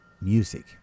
music